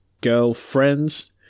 girlfriends